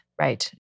right